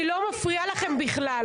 אני לא מפריעה לכם בכלל,